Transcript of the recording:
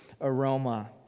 aroma